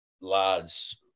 lads